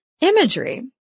imagery